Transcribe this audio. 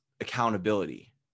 accountability